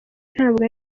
ntabwo